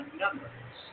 numbers